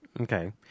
Okay